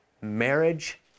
marriage